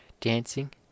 dancing